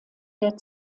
der